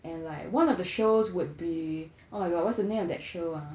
and like one of the shows would be oh my god what's the name of that show ah